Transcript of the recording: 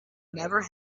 never